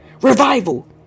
revival